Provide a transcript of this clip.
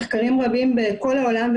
מחקרים רבים בכל העולם,